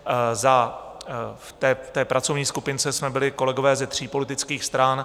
V té pracovní skupince jsme byli kolegové ze tří politických stran.